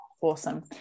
Awesome